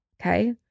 okay